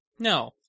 No